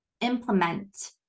implement